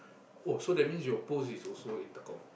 oh so you means your post is also in Tekong